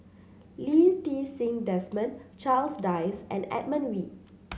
Lee Ti Seng Desmond Charles Dyce and Edmund Wee